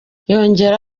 yongeyeho